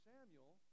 Samuel